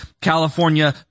California